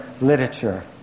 literature